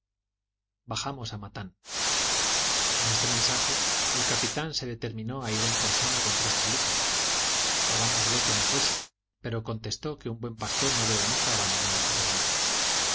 bajamos a matan con este mensaje el capitán se determinó a ir en persona con tres chalupas rogámosle que no fuese pero contestó que un buen pastor no debe nunca abandonar a su rebaño